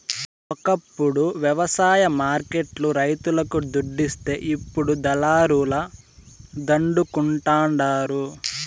ఒకప్పుడు వ్యవసాయ మార్కెట్ లు రైతులకు దుడ్డిస్తే ఇప్పుడు దళారుల దండుకుంటండారు